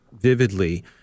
vividly